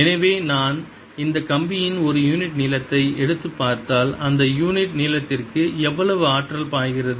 எனவே நான் இந்த கம்பியின் ஒரு யூனிட் நீளத்தை எடுத்து பார்த்தால் அந்த யூனிட் நீளத்திற்கு எவ்வளவு ஆற்றல் பாய்கிறது